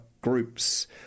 groups